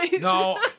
No